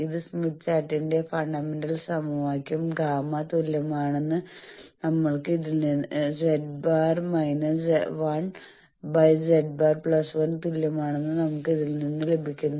ഇത് സ്മിത്ത് ചാർട്ടിന്റെ ഫണ്ടമെന്റൽ സമവാക്യം ഗാമ്മ z̄ 1z̄1 തുല്യമാണെന്നു നമ്മൾക്ക് ഇതിൽ നിന്ന് ലഭിക്കുന്നു